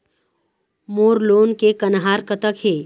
मोर loan के कन्हार कतक हे?